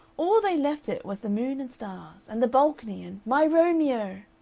all they left it was the moon and stars. and the balcony and my romeo